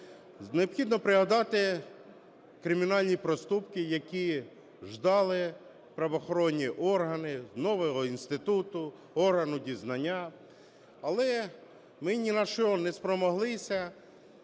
Необхідно пригадати кримінальні проступки, які ждали правоохоронні органи, нового інституту - органу дізнання. Але ми ні на що не спромоглися,